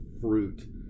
fruit